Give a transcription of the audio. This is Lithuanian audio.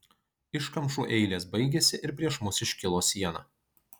iškamšų eilės baigėsi ir prieš mus iškilo siena